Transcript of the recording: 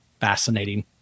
fascinating